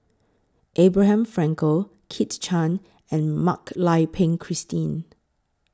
Abraham Frankel Kit Chan and Mak Lai Peng Christine